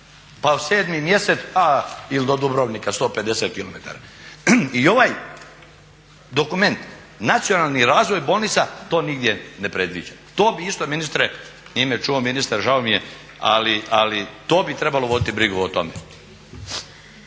pa 7 mjesec, ili do Dubrovnika 150 km. I ovaj dokument nacionalni razvoj bolnica to nigdje ne predviđa. To bi isto ministre, nije me čuo ministar žao mi je, ali o tome bi trebalo voditi brigu.